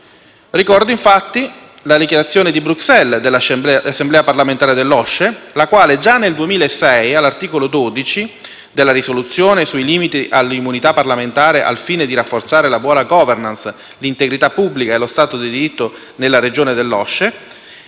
Ricordo, infatti, la Dichiarazione di Bruxelles dell'Assemblea parlamentare dell'OSCE, la quale, già nel 2006, all'articolo 12 della risoluzione sui limiti all'immunità parlamentare al fine di rafforzare la buona *governance*, l'integrità pubblica e lo Stato di diritto nella regione dell'OSCE